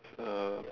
it's a